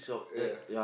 yeah